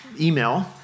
email